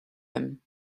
him